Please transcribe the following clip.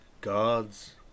gods